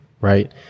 right